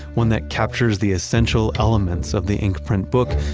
one that captures the essential elements of the ink print book,